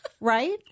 Right